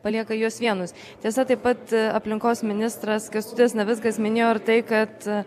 palieka juos vienus tiesa taip pat aplinkos ministras kęstutis navickas minėjo ir tai kad